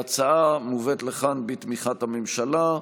ההצעה מובאת לכאן בתמיכת הממשלה,